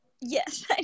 Yes